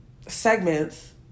segments